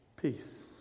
Peace